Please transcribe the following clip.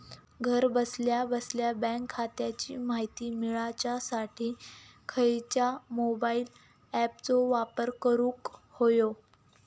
घरा बसल्या बसल्या बँक खात्याची माहिती मिळाच्यासाठी खायच्या मोबाईल ॲपाचो वापर करूक होयो?